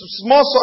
small